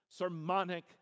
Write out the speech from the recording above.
sermonic